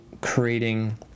creating